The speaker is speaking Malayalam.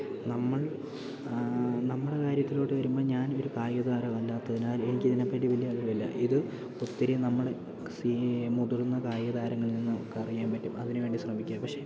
നമ്മൾ നമ്മളുടെ കാര്യത്തിലോട്ട് വരുമ്പോൾ ഞാൻ ഒരു കായികതാരമല്ലാത്തതിനാൽ എനിക്കിതിനെപ്പറ്റി വലിയ അറിവില്ല ഇത് ഒത്തിരി നമ്മൾ മുതിർന്ന കായികതാരങ്ങളിൽനിന്ന് ഒക്കെ അറിയാൻ പറ്റും അതിനുവേണ്ടി ശ്രമിക്കുക പക്ഷേ